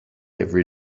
every